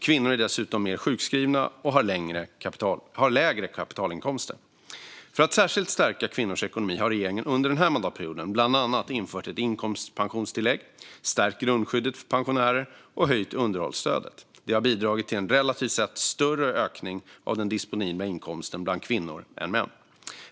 Kvinnor är dessutom mer sjukskrivna och har lägre kapitalinkomster. För att särskilt stärka kvinnors ekonomi har regeringen under den här mandatperioden bland annat infört ett inkomstpensionstillägg, stärkt grundskyddet för pensionärer och höjt underhållsstödet. Det har bidragit till en ökning av den disponibla inkomsten som relativt sett är större bland kvinnor än bland män.